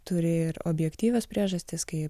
turi ir objektyvios priežastys kai